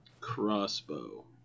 Crossbow